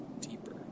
deeper